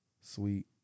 sweet